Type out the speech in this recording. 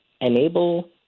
enable